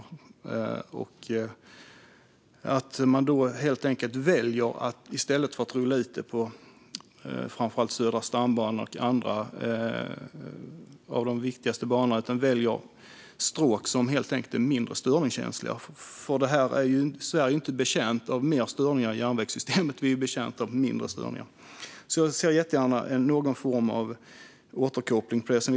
Jag skulle jättegärna vilja få någon form av svar på detta, och jag hoppas att man då i stället för att rulla ut ERTMS på framför allt Södra stambanan och andra av de viktigaste banorna väljer stråk som helt enkelt är mindre störningskänsliga. Sverige är inte betjänt av mer störningar i järnvägssystemet, utan av mindre störningar. Jag skulle jättegärna vilja höra någon form av återkoppling på detta.